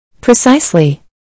Precisely